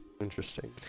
Interesting